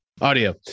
Audio